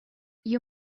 you